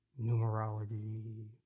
numerology